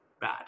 bad